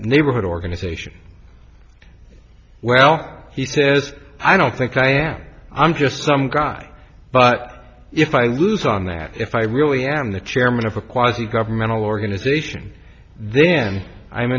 neighborhood organization well he says i don't think i am i'm just some guy but if i lose on that if i really am the chairman of a quasi governmental